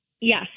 Yes